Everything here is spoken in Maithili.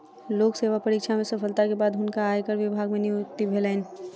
लोक सेवा परीक्षा में सफलता के बाद हुनका आयकर विभाग मे नियुक्ति भेलैन